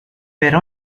per